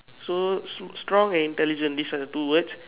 so s~ strong and intelligent these are the two words